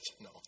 No